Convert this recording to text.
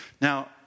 Now